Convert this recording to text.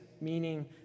meaning